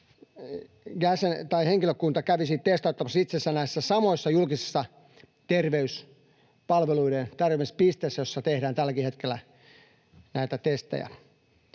että hoitohenkilökunta kävisi testauttamassa itsensä näissä samoissa julkisissa terveyspalveluiden tarjoamispisteissä, joissa tehdään tälläkin hetkellä näitä testejä.